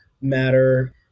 matter